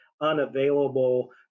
unavailable